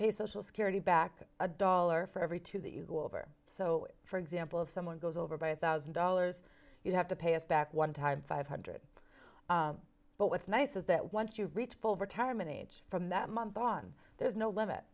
pay social security back a dollar for every two that you go over so for example of someone goes over by a thousand dollars you have to pay us back one time five hundred but what's nice is that once you reach full retirement age from that month on there is no limit